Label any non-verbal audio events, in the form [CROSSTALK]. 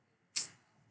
[NOISE]